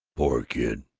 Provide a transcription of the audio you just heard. poor kid.